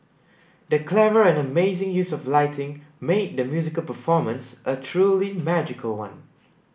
the clever and amazing use of lighting made the musical performance a truly magical one